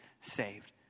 saved